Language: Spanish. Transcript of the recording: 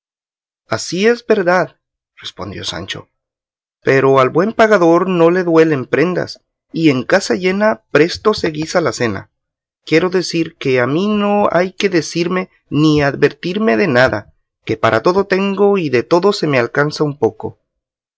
así es verdad respondió sancho pero al buen pagador no le duelen prendas y en casa llena presto se guisa la cena quiero decir que a mí no hay que decirme ni advertirme de nada que para todo tengo y de todo se me alcanza un poco